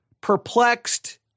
perplexed